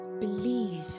believe